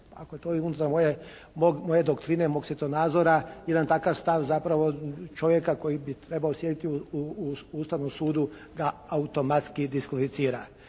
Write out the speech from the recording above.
Ako je to i unutar moje doktrine, mog svjetonazora jedan takav stav zapravo čovjeka koji bi trebao sjediti u Ustavnom sudu ga automatski diskvalificira.